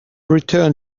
return